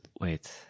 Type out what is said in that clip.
wait